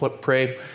pray